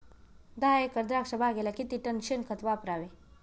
दहा एकर द्राक्षबागेला किती टन शेणखत वापरावे?